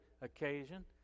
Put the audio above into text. occasion